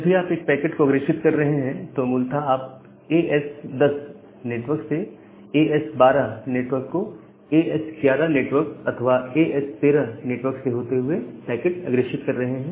जब भी आप एक पैकेट को अग्रेषित कर रहे हैं तो मूलत आप एएस 10 नेटवर्क से एएस 12 नेटवर्क को एएस 11 नेटवर्क अथवा एएस 13 नेटवर्क से होते हुए पैकेट अग्रेषित कर रहे हैं